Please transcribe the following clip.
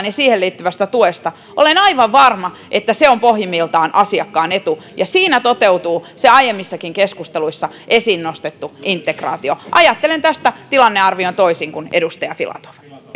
ja siihen liittyvästä tuesta olen aivan varma että se on pohjimmiltaan asiakkaan etu ja siinä toteutuu se aiemmissakin keskusteluissa esiin nostettu integraatio ajattelen tästä tilannearvion toisin kuin edustaja filatov